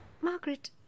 Margaret